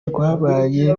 rwabaye